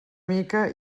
mica